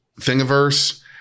Thingiverse